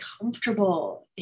comfortable